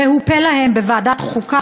והוא פה להם בוועדת חוקה,